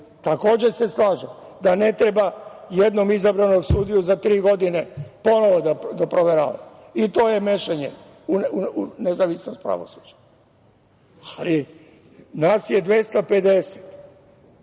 slažem se da ne treba jednom izabranog sudiju za tri godine ponovo da proveravamo, i to je mešanje u nezavisnost pravosuđa. Ali, nas je 250